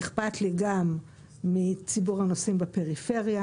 אכפת לי גם מציבור הנוסעים בפריפריה,